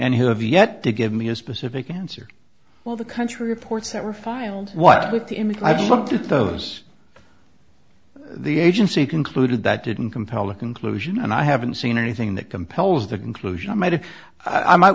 and who have yet to give me a specific answer well the country reports that were filed what looked to me to those the agency concluded that didn't compel a conclusion and i haven't seen anything that compels the conclusion i might have i might